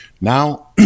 Now